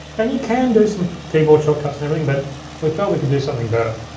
and you can do some keyboard shortcuts and everything, but we felt we could do something better.